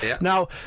Now